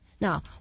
Now